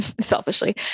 selfishly